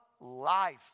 life